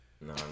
No